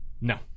No